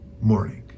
morning